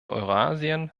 eurasien